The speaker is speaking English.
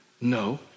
No